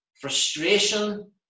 frustration